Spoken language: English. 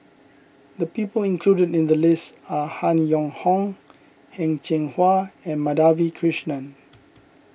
the people included in the list are Han Yong Hong Heng Cheng Hwa and Madhavi Krishnan